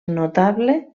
notable